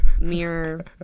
mirror